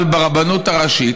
אבל ברבנות הראשית,